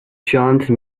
chance